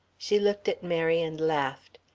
she looked at mary and laughed.